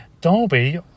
derby